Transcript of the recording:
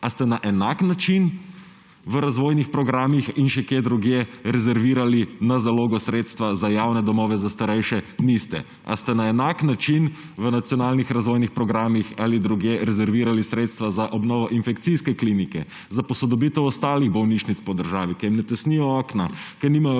Ali ste na enak način v razvojnih programih in še kje drugje rezervirali na zalogo sredstva za javne domove za starejše? Niste. Ali ste na enak način v nacionalnih razvojnih programih ali drugje rezervirali sredstva za obnovo infekcijske klinike, za posodobitev ostalih bolnišnic po državi, ki jim ne tesnijo okna, kjer nimajo